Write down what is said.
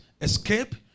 Escape